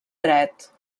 dret